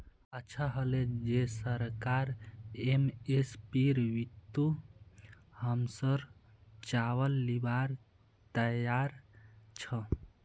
अच्छा हले जे सरकार एम.एस.पीर बितु हमसर चावल लीबार तैयार छ